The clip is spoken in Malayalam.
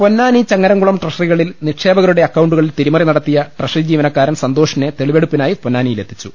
പൊന്നാനി ചങ്ങരംകുളം ട്രഷറികളിൽ നിക്ഷേപകരുടെ അക്കൌണ്ടുകളിൽ തിരിമറി നടത്തിയ ട്രഷറിജീവനക്കാരൻ സന്തോഷിനെ തെളിവെടുപ്പിനായി പൊന്നാനിയിലെത്തിച്ചു